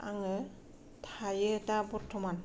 आङो थायो दा बर्तमान